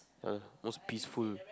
err most peaceful